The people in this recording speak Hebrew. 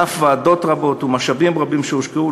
על אף ועדות רבות ומשאבים רבים שהושקעו,